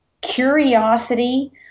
curiosity